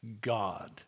God